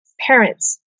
parents